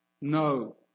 No